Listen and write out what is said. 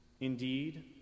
indeed